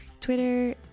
twitter